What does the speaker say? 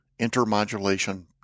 intermodulation